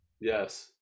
Yes